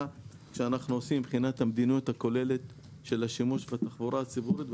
שאנחנו עושים מבחינת המדיניות הכוללת של השימוש בתחבורה הציבורית,